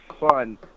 fun